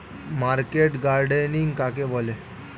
Market gardening কাকে বলে?